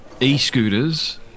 e-scooters